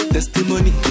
Testimony